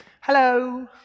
Hello